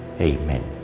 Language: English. Amen